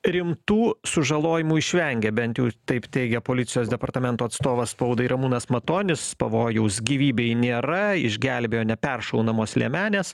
rimtų sužalojimų išvengė bent jau taip teigia policijos departamento atstovas spaudai ramūnas matonis pavojaus gyvybei nėra išgelbėjo neperšaunamos liemenės